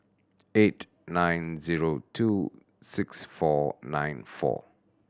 eight nine zero two six four nine four